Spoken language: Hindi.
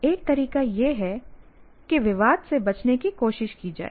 एक तरीका यह है कि विवाद से बचने की कोशिश की जाए